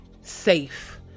safe